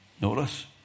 Notice